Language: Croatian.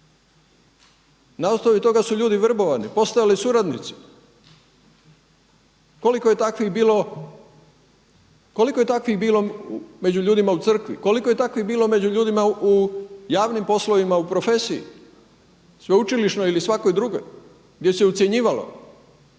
Na osnovi toga su ljudi vrbovani, postali suradnici. Koliko je takvih bilo među ljudima u Crkvi, koliko je takvih bilo među ljudima u javnim poslovima u profesiji, sveučilišnoj ili svakoj drugoj, gdje se ucjenjivalo?